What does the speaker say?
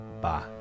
Bye